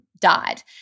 died